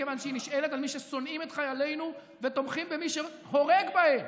מכיוון שהיא נשענת על מי ששונאים את חיילינו ותומכים במי שהורג בהם.